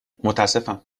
متاسفم